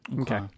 okay